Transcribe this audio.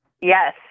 Yes